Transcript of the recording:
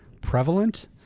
prevalent